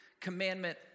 commandment